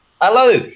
hello